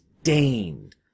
stained